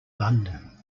london